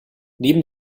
neben